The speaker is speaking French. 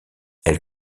elle